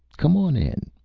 come on in.